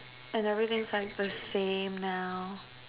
and everything's like the same now